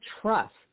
trust